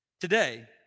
today